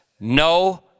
no